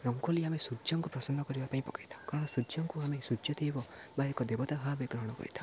ରଙ୍ଗୋଲି ଆମେ ସୂର୍ଯ୍ୟଙ୍କୁ ପ୍ରସନ୍ନ କରିବା ପାଇଁ ପକେଇଥାଉ କାରଣ ସୂର୍ଯ୍ୟଙ୍କୁ ଆମେ ସୂର୍ଯ୍ୟ ଦେବ ବା ଏକ ଦେବତା ଭାବେ ଗ୍ରହଣ କରିଥାଉ